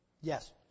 Yes